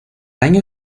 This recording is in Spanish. año